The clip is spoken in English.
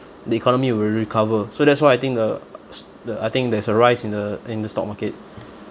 the economy will recover so that's why I think uh s~ the I think there's a rise in the in the stock market